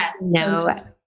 no